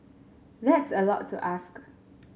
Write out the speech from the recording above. that's a lot to ask